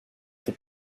for